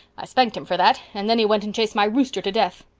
i spanked him for that and then he went and chased my rooster to death.